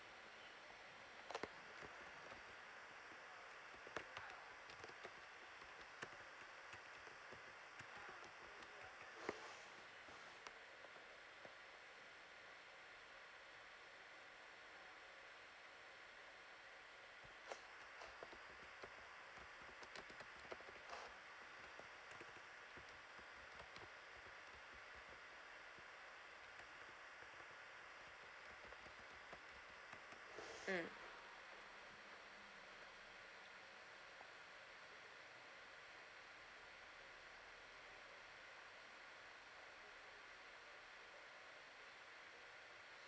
mm